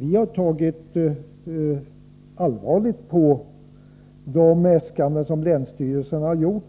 Vi har tagit allvarligt på de äskanden som länsstyrelserna har framställt,